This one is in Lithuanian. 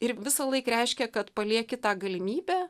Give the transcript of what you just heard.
ir visąlaik reiškia kad palieki tą galimybę